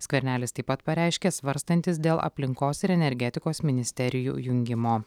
skvernelis taip pat pareiškė svarstantis dėl aplinkos ir energetikos ministerijų jungimo